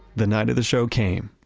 the night of the show came,